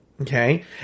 okay